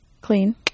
clean